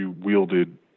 wielded